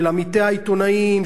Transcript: של עמיתי העיתונאים,